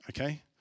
Okay